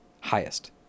highest